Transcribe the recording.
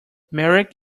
marek